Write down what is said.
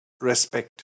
respect